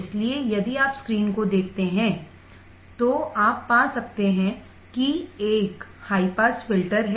इसलिए यदि आप स्क्रीन को देखते हैं जो आप पा सकते हैं कि एक हाई पास फिल्टर है